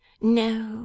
No